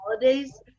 holidays